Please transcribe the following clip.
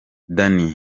danny